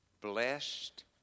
blessed